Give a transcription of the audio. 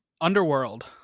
underworld